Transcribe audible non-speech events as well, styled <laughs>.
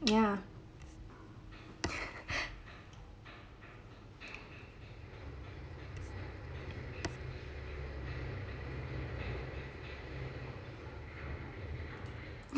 ya <laughs>